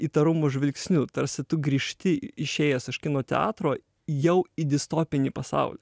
įtarumo žvilgsniu tarsi tu grįžti išėjęs iš kino teatro jau į distopinį pasaulį